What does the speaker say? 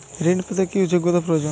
ঋণ পেতে কি যোগ্যতা প্রয়োজন?